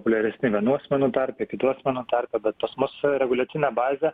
populiaresni vienų asmenų tarpe kitų asmenų tarpe bet pas mus reguliacinė bazė